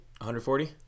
140